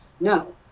No